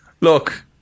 look